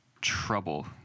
trouble